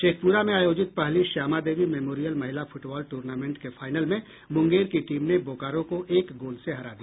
शेखपुरा में आयोजित पहली श्यामा देवी मेमोरियल महिला फुटबॉल टूर्नामेंट के फाइनल में मुंगेर की टीम ने बोकारो को एक गोल से हरा दिया